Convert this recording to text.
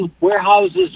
Warehouses